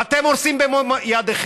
ואתם את זה הורסים במו ידיכם.